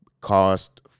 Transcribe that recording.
cost